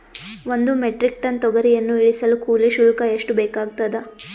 ಒಂದು metric ton ತೊಗರಿಯನ್ನು ಇಳಿಸಲು ಕೂಲಿ ಶುಲ್ಕ ಎಷ್ಟು ಬೇಕಾಗತದಾ?